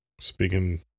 speaking